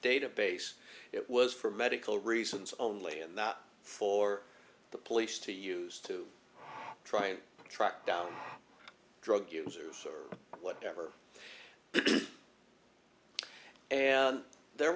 database it was for medical reasons only and not for the police to use to try and track down drug users or whatever and there